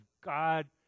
God